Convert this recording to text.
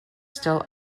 still